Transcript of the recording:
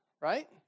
right